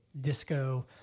disco